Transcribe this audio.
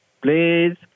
please